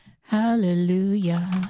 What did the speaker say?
hallelujah